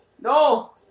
No